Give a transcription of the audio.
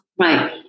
right